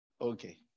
Okay